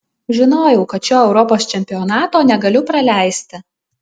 žinojau kad šio europos čempionato negaliu praleisti